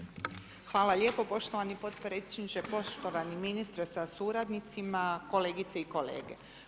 Hvala lijepo poštovani potpredsjedniče, poštovani ministre sa suradnicima, kolegice i kolege.